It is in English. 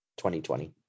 2020